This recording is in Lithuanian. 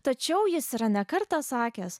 tačiau jis yra ne kartą sakęs